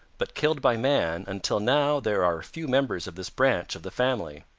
but killed by man until now there are few members of this branch of the family.